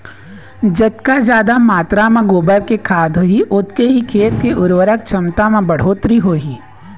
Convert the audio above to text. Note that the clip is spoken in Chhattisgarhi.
जतका जादा मातरा म गोबर के खाद होही ओतके ही खेत के उरवरक छमता म बड़होत्तरी होही